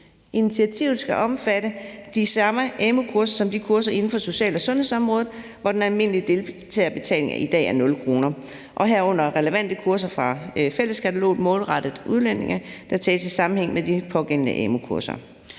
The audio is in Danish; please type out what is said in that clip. Initiativet skal omfatte de samme amu-kurser som de kurser inden for social- og sundhedsområdet, hvor den almindelige deltagerbetaling i dag er 0 kr., herunder relevante kurser fra fælleskataloget målrettet udlændinge, der tages i sammenhæng med de pågældende amu-kurser.